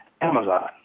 Amazon